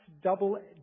Double